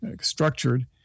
structured